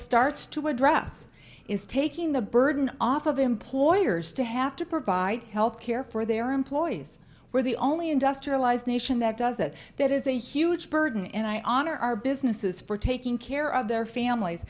starts to address is taking the burden off of employers to have to provide health care for their employees where the only industrialized nation that does that that is a huge burden and i honor our businesses for taking care of their families